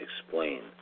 explain